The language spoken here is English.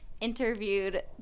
interviewed